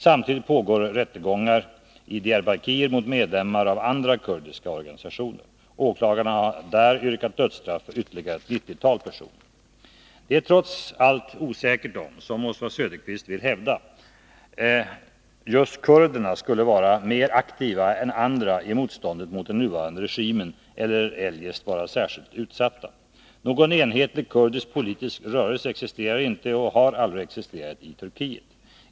Samtidigt pågår rättegångar i Diyarbakir mot medlemmar av andra kurdiska organisationer. Åklagarna har där yrkat dödsstraff för ytterligare ett nittiotal personer. Det är trots allt osäkert om —- som Oswald Söderqvist vill hävda — just kurderna skulle vara mer aktiva än andra i motståndet mot den nuvarande regimen eller eljest vara särskilt utsatta. Någon enhetlig kurdisk politisk rörelse existerar inte och har aldrig existerat i Turkiet.